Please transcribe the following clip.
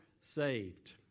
saved